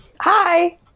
Hi